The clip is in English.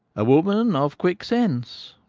a woman of quick sense.